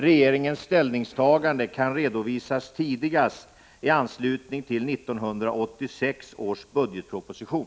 Regeringens ställningstagande kan redovisas tidigast i anslutning till 1986 års budgetproposition.